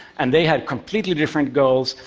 and they had completely different goals.